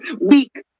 weak